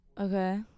Okay